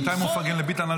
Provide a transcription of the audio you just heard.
בינתיים, הוא מפרגן לביטן.